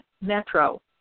Metro